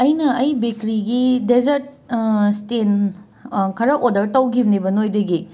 ꯑꯩꯅ ꯑꯩꯒꯤ ꯕꯦꯀ꯭ꯔꯤꯒꯤ ꯗꯦꯖꯔꯠ ꯁ꯭ꯇꯦꯟ ꯈꯔ ꯑꯣꯔꯗꯔ ꯇꯧꯈꯤꯕꯅꯦꯕ ꯅꯣꯏꯗꯒꯤ